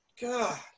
God